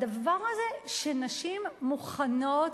הדבר הזה, שנשים מוכנות